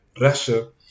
Russia